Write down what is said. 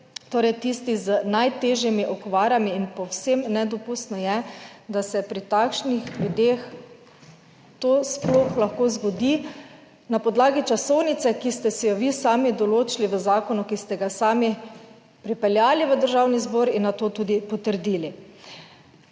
torej, tisti, z najtežjimi okvarami in povsem nedopustno je, da se pri takšnih ljudeh to sploh lahko zgodi na podlagi časovnice, ki ste si jo vi sami določili v zakonu, ki ste ga sami pripeljali v Državni zbor in na to tudi potrdili.